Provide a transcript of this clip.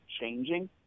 changing